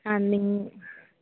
ആ നിങ്